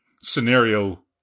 scenario